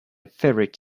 favorite